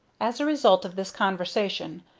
as a result of this conversation,